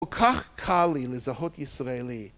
כל כך קל לי לזהות ישראלי.